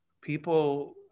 people